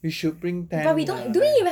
we should bring tent lah